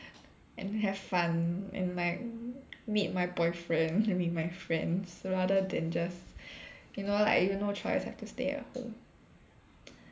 and have fun and my meet my boyfriend meet my friends rather than just you know like you no choice have to stay at home